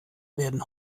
werden